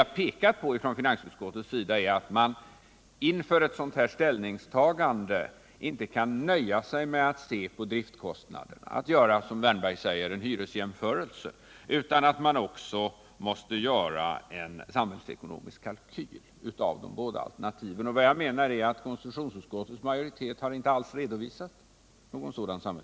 Vad som framhållits från finansutskottets sida är att man inför ett sådant ställningstagande inte kan nöja sig med aut se på driftkostnaderna och att göra, som Erik Wärnberg säger, en hyresjämförelse, utan att man också måste göra en samhällsekonomisk kalkyl av de båda alternativen. Vad jag menar är att konstitutionsutskottets majoritet inte alls har redovisat någon sådan kalkyl.